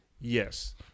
Yes